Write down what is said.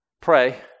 pray